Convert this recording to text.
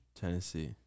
Tennessee